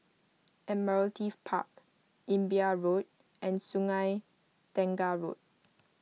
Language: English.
Admiralty Park Imbiah Road and Sungei Tengah Road